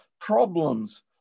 problems